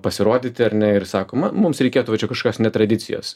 pasirodyti ar ne ir sako mums reikėtų va čia kažkokios ne tradicijos